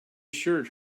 assured